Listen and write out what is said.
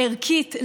ערכית,